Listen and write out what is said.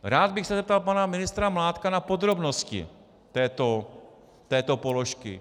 Rád bych se zeptal pana ministra Mládka na podrobnosti této položky.